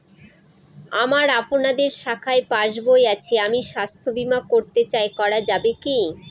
আমার আপনাদের শাখায় পাসবই আছে আমি স্বাস্থ্য বিমা করতে চাই করা যাবে কি?